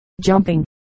jumping